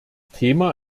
thema